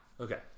Okay